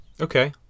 Okay